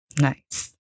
Nice